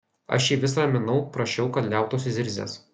aš jį vis raminau prašiau kad liautųsi zirzęs